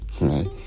right